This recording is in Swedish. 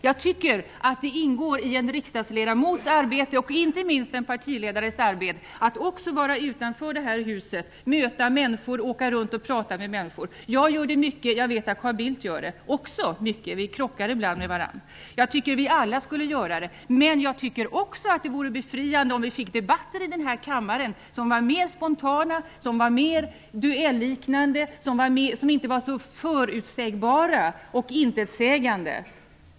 Jag menar att det ingår i en riksdagsledamots och inte minst i en partiledares arbete att också vara utanför detta hus, att åka runt och möta människor och prata med människor. Jag gör det mycket, och jag vet att också Carl Bildt gör det -- vi krockar ibland med varandra. Vi borde alla gå ut på detta sätt. Men jag tycker också att det vore befriande om vi fick debatter i denna kammare som var mera spontana och duelliknande, inte så förutsägbara och intetsägande.